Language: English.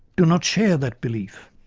do not share that belief.